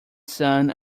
son